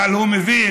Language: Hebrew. אבל הוא מבין,